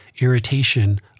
irritation